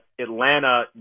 Atlanta